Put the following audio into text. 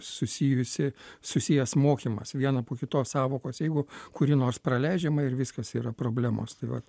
susijusį susijęs mokymas viena po kitos sąvokos jeigu kuri nors praleidžiama ir viskas yra problemos tai vat